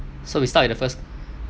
so we start with the first